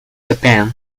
japan